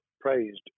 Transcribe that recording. praised